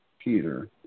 Peter